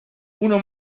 uno